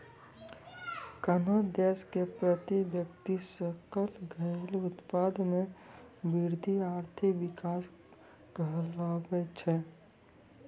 कोन्हो देश के प्रति व्यक्ति सकल घरेलू उत्पाद मे वृद्धि आर्थिक विकास कहलाबै छै